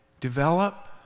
develop